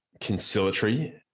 conciliatory